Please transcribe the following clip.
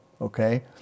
okay